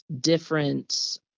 different